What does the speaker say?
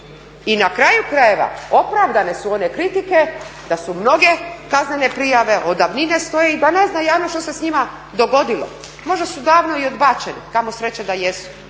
I na kraju krajeva, opravdane su one kritike da su mnoge kaznene prijave, od davnine stoji da ne zna javnost što se s njima dogodilo. Možda su davno i odbačene, kamo sreće da jesu